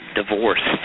divorce